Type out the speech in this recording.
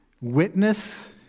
witness